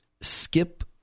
Skip